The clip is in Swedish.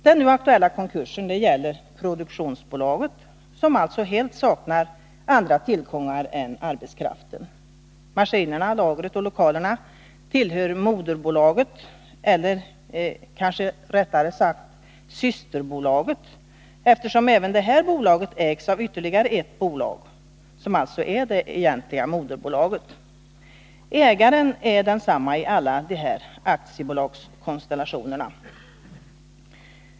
Den nu aktuella konkursen gäller produktionsbolaget, som alltså helt saknar andra tillgångar än arbetskraften. Maskinerna, lagret och lokalerna tillhör moderbolaget — eller kanske rättare sagt systerbolaget, eftersom även detta bolag ägs av ytterligare ett bolag, som således är det egentliga moderbolaget. Ägaren är densamma i alla dessa aktiebolagskonstellationer.